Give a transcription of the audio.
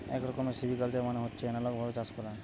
এক রকমের সিভিকালচার মানে হচ্ছে এনালগ ভাবে চাষ করা